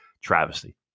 travesty